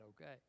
okay